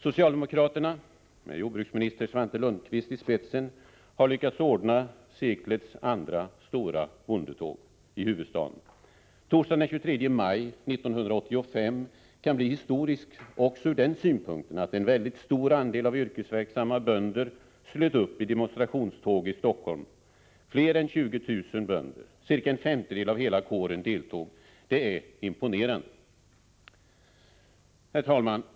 Socialdemokraterna, med jordbruksminister Svante Lundkvist i spetsen, har lyckats få till stånd seklets andra stora bondetåg i huvudstaden. Torsdagen den 23 maj 1985 kan bli historisk, också ur den synpunkten att en väldigt stor andel av de yrkesverksamma bönderna slöt upp i demonstrationståget i Stockholm. Fler än 20 000 bönder, ca en femtedel av hela kåren, deltog. Det är imponerande. Herr talman!